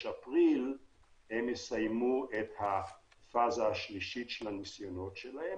אפריל הם יסיימו את הפאזה השלישית של הניסיונות שלהם.